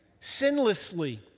sinlessly